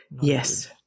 yes